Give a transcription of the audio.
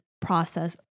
process